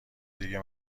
دیگه